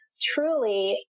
truly